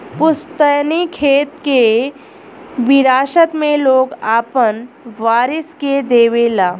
पुस्तैनी खेत के विरासत मे लोग आपन वारिस के देवे ला